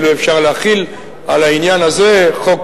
כאילו אפשר להחיל על העניין הזה חוק